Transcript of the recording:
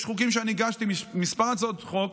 יש כמה הצעות חוק,